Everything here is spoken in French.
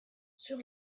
sur